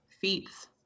feats